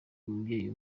umubyeyi